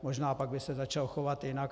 Možná pak by se začal chovat jinak.